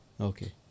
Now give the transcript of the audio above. Okay